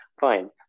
Fine